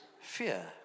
fear